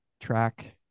track